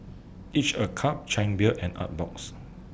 Each A Cup Chang Beer and Artbox